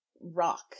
rock